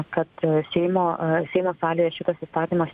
kad seimo seimo salėje šitas įstatymas